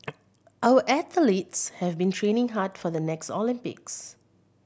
our athletes have been training hard for the next Olympics